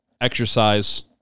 exercise